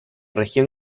región